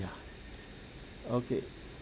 okay